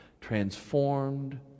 transformed